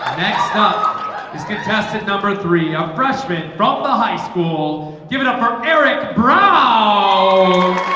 next up contestant number three on freshman from the high school. give it up for eric, bro um